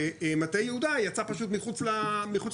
ומטה יהודה נמצא פשוט מחוץ לקריטריון.